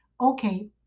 Okay